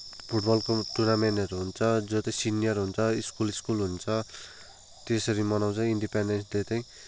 फुटबलको टुर्नामेन्टहरू हुन्छ जो चाहिँ सिनियर हुन्छ स्कुल स्कुल हुन्छ त्यसरी मनाउँछन् इन्डिपेन्डेन्स डे चाहिँ